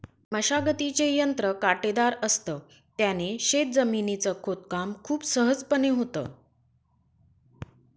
मशागतीचे यंत्र काटेदार असत, त्याने शेत जमिनीच खोदकाम खूप सहजपणे होतं